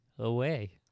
Away